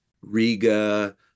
Riga